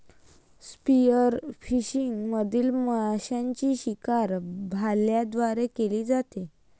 spearfishing मधील माशांची शिकार भाल्यांद्वारे केली जाते